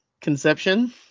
conception